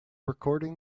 recording